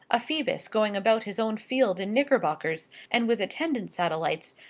a phoebus going about his own field in knickerbockers, and with attendant satellites,